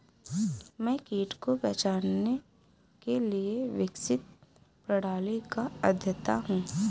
मैं कीट को पहचानने के लिए विकसित प्रणाली का अध्येता हूँ